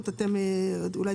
אין כאן שום עניין בשלב הזה לפצל,